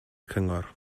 cyngor